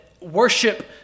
worship